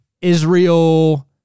Israel